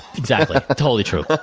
exactly, totally true.